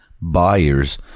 buyers